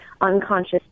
unconscious